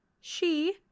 She